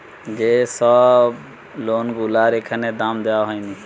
যে সব লোন গুলার এখনো দাম দেওয়া হয়নি